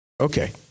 Okay